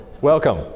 welcome